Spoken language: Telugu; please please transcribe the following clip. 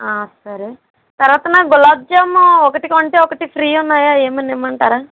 సరే తర్వాత మ్యామ్ గులాబ్ జామూ ఒకటి కొంటే ఒకటి ఫ్రీ ఉన్నాయి అవి ఏమన్నా ఇవ్వమంటారా